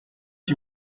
qui